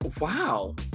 wow